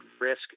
risk